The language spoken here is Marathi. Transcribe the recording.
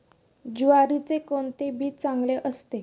ज्वारीचे कोणते बी चांगले असते?